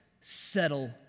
settle